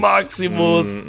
Maximus